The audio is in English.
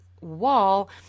wall